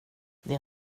det